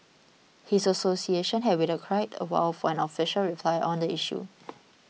his association had waited quite a while for an official reply on the issue